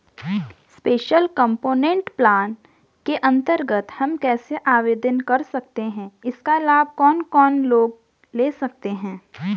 Special component plan के अन्तर्गत हम कैसे आवेदन कर सकते हैं इसका लाभ कौन कौन लोग ले सकते हैं?